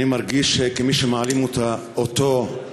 אני מרגיש כמי שמעלים אותו לגיליוטינה